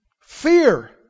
Fear